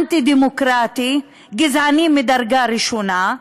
אנטי-דמוקרטי, גזעני מדרגה ראשונה,